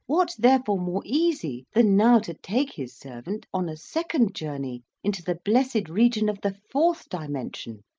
what therefore more easy than now to take his servant on a second journey into the blessed region of the fourth dimension,